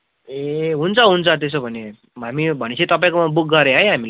ए हुन्छ हुन्छ त्यसो भने हामी भनेपछि तपाईँकोमा बुक गऱ्यौँ है हामीले